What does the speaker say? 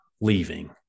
leaving